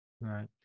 Right